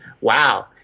Wow